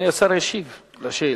אדוני השר ישיב על השאילתא.